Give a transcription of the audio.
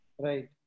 Right